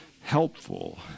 helpful